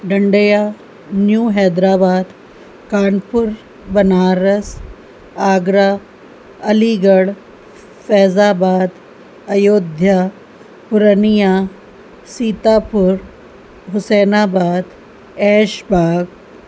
ढंढेया new Hyderabad Kanpur Banaras Agra Aligarh Faizabad Ayodhya Purnia Sitapur Husainabad Aishbagh